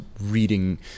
reading